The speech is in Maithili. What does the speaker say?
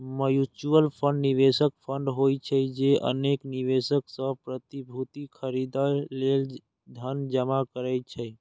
म्यूचुअल फंड निवेश फंड होइ छै, जे अनेक निवेशक सं प्रतिभूति खरीदै लेल धन जमा करै छै